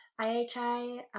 IHI